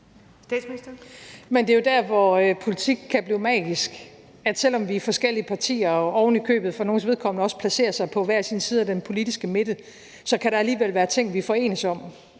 Det er jo der, hvor politik kan blive magisk. Selv om vi er forskellige partier og ovenikøbet for nogles vedkommende også placerer os på hver sin side af den politiske midte, så kan der alligevel være ting, vi forenes om.